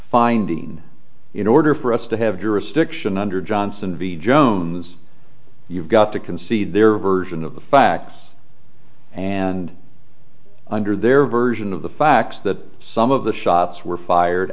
finding in order for us to have jurisdiction under johnson b jones you've got to concede their version of the facts and under their version of the facts that some of the shots were fired